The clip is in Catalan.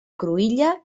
cruïlla